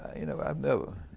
you know, i've never